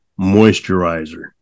moisturizer